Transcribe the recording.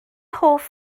hoff